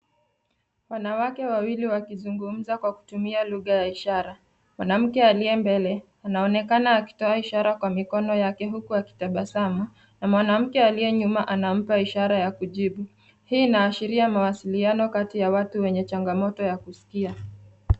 Wanawake wawili wakizungumza wakitumia lugha ya ishara. Mwanamke aliye mbele anaonekana akitoa ishara kwa mikono yake huku akitabasamu na mwanamke aliye nyuma anampa ishara ya kujibu. Hii inaashiria mawasiliano kati ya watu wenye changamoto ya kusikia.